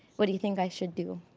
what do you think i should do?